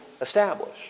established